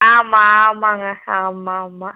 ஆமாம் ஆமாம்ங்க ஆமாம் ஆமாம்